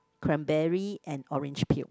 cranberry and orange peel